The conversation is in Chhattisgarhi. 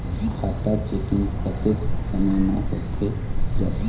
खाता चेकिंग कतेक समय म होथे जाथे?